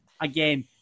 again